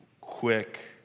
Quick